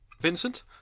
Vincent